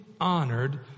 honored